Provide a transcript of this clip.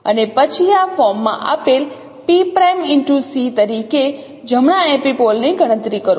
અને પછી આ ફોર્મમાં આપેલ P'C તરીકે જમણા એપિપોલ ની ગણતરી કરો